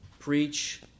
preach